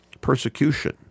Persecution